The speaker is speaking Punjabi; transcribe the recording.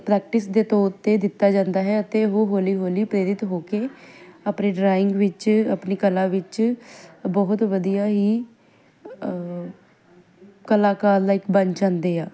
ਪ੍ਰੈਕਟਿਸ ਦੇ ਤੌਰ 'ਤੇ ਦਿੱਤਾ ਜਾਂਦਾ ਹੈ ਅਤੇ ਉਹ ਹੌਲੀ ਹੌਲੀ ਪ੍ਰੇਰਿਤ ਹੋ ਕੇ ਆਪਣੇ ਡਰਾਇੰਗ ਵਿੱਚ ਆਪਣੀ ਕਲਾ ਵਿੱਚ ਬਹੁਤ ਵਧੀਆ ਹੀ ਕਲਾਕਾਰ ਲਾਈਕ ਬਣ ਜਾਂਦੇ ਆ